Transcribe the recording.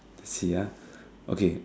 see ya